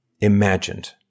imagined